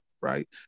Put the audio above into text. right